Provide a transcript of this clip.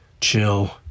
chill